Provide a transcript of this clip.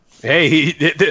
Hey